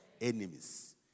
enemies